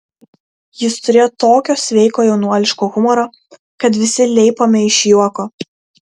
jis turėjo tokio sveiko jaunuoliško humoro kad visi leipome iš juoko